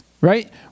Right